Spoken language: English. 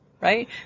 right